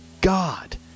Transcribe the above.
God